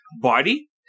body